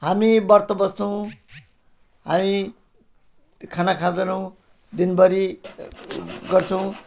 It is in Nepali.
हामी व्रत बस्छौँ हामी खाना खाँदैनौँ दिनभरि गर्छौँ